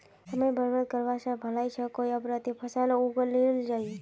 समय बर्बाद करवा स भला छ कोई अंतर्वर्ती फसल उगइ लिल जइ